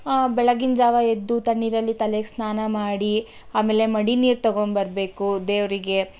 ಬೆಳಗಿನ ಜಾವ ಎದ್ದು ತಣ್ಣೀರಲ್ಲಿ ತಲೆಗೆ ಸ್ನಾನ ಮಾಡಿ ಆಮೇಲೆ ಮಡಿ ನೀರು ತಗೊಂಬರಬೇಕು ದೇವರಿಗೆ